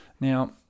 Now